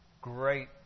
great